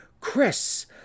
Chris